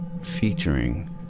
featuring